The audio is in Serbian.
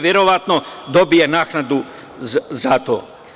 Verovatno dobije naknadu za to.